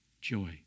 joy